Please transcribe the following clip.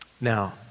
Now